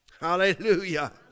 Hallelujah